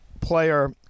player